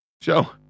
Joe